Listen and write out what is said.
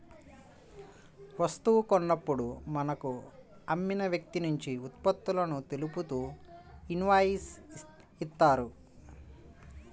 వస్తువు కొన్నప్పుడు మనకు అమ్మిన వ్యక్తినుంచి ఉత్పత్తులను తెలుపుతూ ఇన్వాయిస్ ఇత్తారు